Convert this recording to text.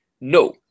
no